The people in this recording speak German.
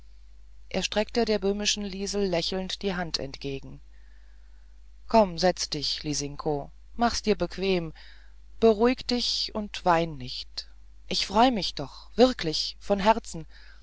er streckte der böhmischen liesel lächelnd die hand entgegen komm setz dich lisinko mach's dir bequem beruhig dich und wein nicht ich freu mich doch wirklich von herzen